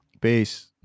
Peace